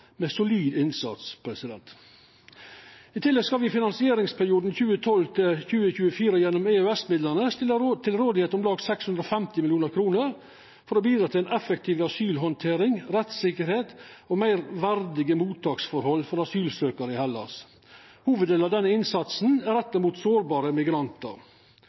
med solid innsats. I tillegg skal me i finansieringsperioden 2012–2024 gjennom EØS-midlane stilla til rådigheit om lag 650 mill. kr for å bidra til effektiv asylhandtering, rettstryggleik og meir verdige mottaksforhold for asylsøkjarar i Hellas. Hovuddelen av denne innsatsen er retta mot sårbare migrantar.